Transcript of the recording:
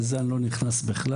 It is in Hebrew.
לזה אני לא נכנס בכלל,